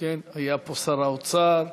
היה פה שר האוצר,